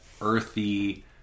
earthy